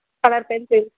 color pencils